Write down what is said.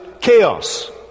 chaos